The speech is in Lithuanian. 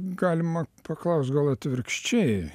galima paklausti gal atvirkščiai